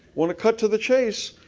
wanna cut to the chase,